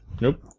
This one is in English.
Nope